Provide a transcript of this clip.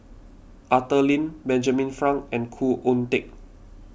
Arthur Lim Benjamin Frank and Khoo Oon Teik